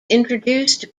introduced